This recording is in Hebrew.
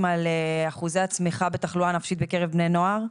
על אחוזי הצמיחה בתחלואה נפשית בקרב בני נוער?